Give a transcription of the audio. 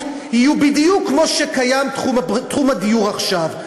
יהיו בדיוק כמו תחום הדיור עכשיו.